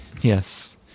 Yes